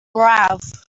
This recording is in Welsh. braf